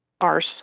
arse